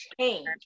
change